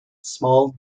small